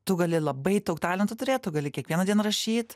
tu gali labai daug talentų turėt tu gali kiekvieną dieną rašyt